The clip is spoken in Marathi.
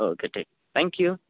ओके ठीक थँक्यू